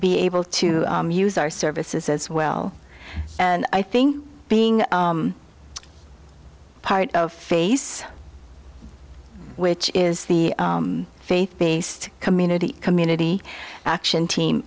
be able to use our services as well and i think being part of phase which is the faith based community community action team